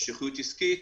המשכיות עסקית,